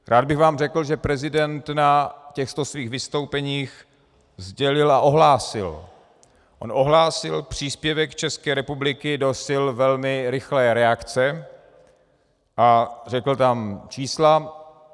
Rád bych vám řekl, že prezident na těchto svých vystoupeních sdělil a ohlásil, on ohlásil příspěvek České republiky do sil velmi rychlé reakce a řekl tam čísla.